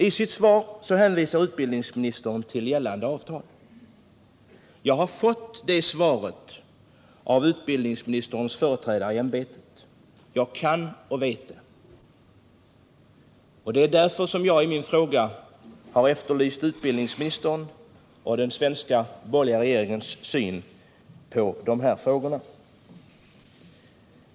I sitt svar hänvisar utbildningsministern till gällande avtal. Jag har fått samma svar av utbildningsministerns företrädare i ämbetet - jag kan det och vet hur det lyder. Det är därför som jag i min fråga har efterlyst nuvarande utbildningsministerns och den borgerliga regeringens syn på de här frågorna.